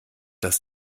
dass